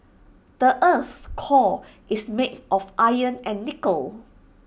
the Earth's core is made of iron and nickel